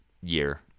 year